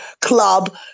club